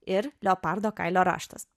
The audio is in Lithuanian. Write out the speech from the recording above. ir leopardo kailio raštas